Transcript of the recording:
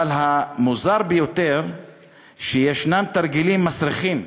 אבל המוזר ביותר שישנם תרגילים מסריחים,